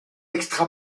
extra